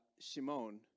Shimon